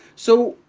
so,